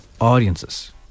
audiences